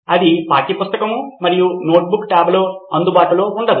అది పాఠ్య పుస్తకం మరియు నోట్బుక్ టాబ్లో అందుబాటులోఉండదు